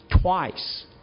Twice